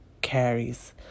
carries